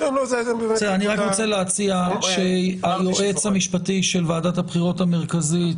אני רוצה להציע שהיועץ המשפטי של ועדת הבחירות המרכזית,